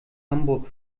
hamburg